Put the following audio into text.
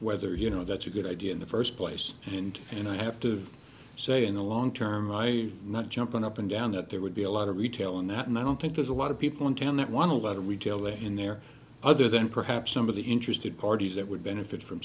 whether you know that's a good idea in the first place and and i have to say in the long term i not jumping up and down that there would be a lot of retail in that and i don't think there's a lot of people in town that want to lead a retail in there other than perhaps some of the interested parties that would benefit from